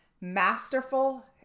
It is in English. masterful